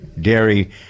dairy